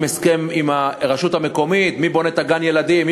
הסכם עם הרשות המקומית מי בונה את גן הילדים,